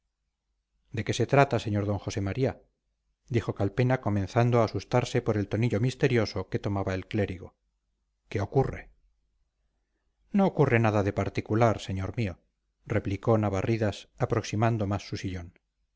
de qué se trata sr d josé maría dijo calpena comenzando a asustarse por el tonillo misterioso que tomaba el clérigo qué ocurre no ocurre nada de particular señor mío replicó navarridas aproximando más su sillón